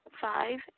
Five